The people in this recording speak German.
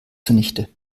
zunichte